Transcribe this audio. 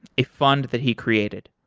a fund that he created.